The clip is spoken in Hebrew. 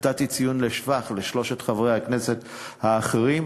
נתתי ציון לשבח לשלושת חברי הכנסת האחרים,